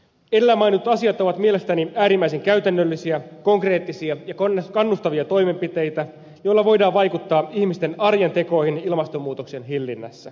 edellä mainitut asiat ovat mielestäni äärimmäisen käytännöllisiä konkreettisia ja kannustavia toimenpiteitä joilla voidaan vaikuttaa ihmisten arjen tekoihin ilmastonmuutoksen hillinnässä